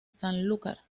sanlúcar